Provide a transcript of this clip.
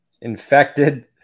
Infected